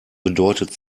bedeutet